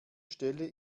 stelle